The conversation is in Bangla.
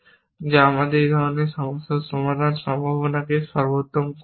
যা আমাদের এই ধরনের সমস্যার সমাধান করার সম্ভাবনাকে সর্বোত্তমভাবে দেয়